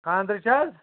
خاندرٕچ حظ